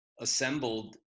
assembled